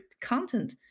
content